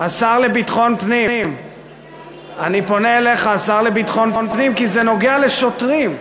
כי זה נוגע לשוטרים,